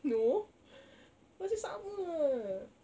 no macam sama